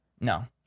No